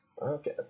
Okay